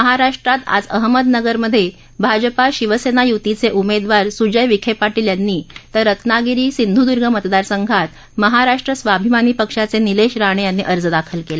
महाराष्ट्रात आज अहमदनगरमध्ये भाजपा शिवसेना युतीचे उमेदवार सुजय विखे पाटील यांनी तर रत्नागिरी सिंधुदुर्ग मतदारसंघात महाराष्ट्र स्वाभिमानी पक्षाचे निलेश राणे यांनी अर्ज दाखल केला